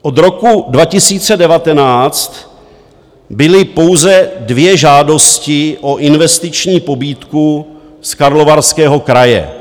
Od roku 2019 byly pouze dvě žádosti o investiční pobídku z Karlovarského kraje.